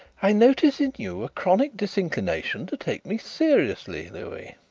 i notice in you a chronic disinclination to take me seriously, louis.